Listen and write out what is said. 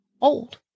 old